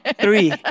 Three